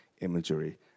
imagery